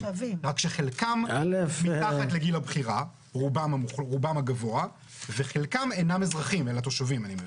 רק שרובם הגבוה מתחת לגיל הבחירה וחלקם אינם אזרחים אלא תושבים.